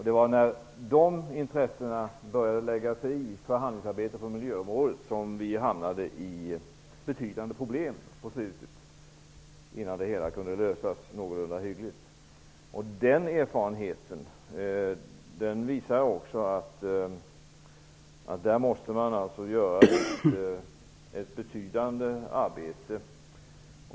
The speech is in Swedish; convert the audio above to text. Det var när de intressena började lägga sig i förhandlingsarbetet på miljöområdet som vi på slutet hamnade i betydande problem innan det hela kunde lösas någorlunda hyggligt. Den erfarenheten visar också att man måste göra ett betydande arbete.